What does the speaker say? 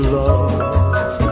love